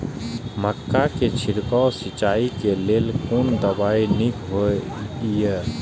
मक्का के छिड़काव सिंचाई के लेल कोन दवाई नीक होय इय?